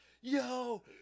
yo